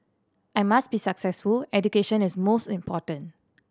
I must be successful education is most important